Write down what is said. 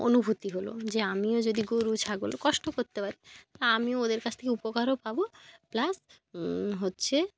অনুভূতি হলো যে আমিও যদি গরু ছাগল কষ্ট করতে পারি আমিও ওদের কাছ থেকে উপকারও পাব প্লাস হচ্ছে